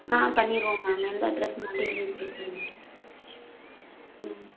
ஆ பண்ணிடுவோம் மேம் எந்த அட்ரெஸ்ஸுன்னு மட்டும் எழுதி கொடுத்துருங்க ம்